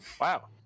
Wow